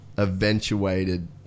eventuated